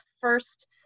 first